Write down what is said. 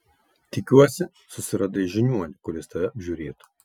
tikiuosi susiradai žiniuonį kuris tave apžiūrėtų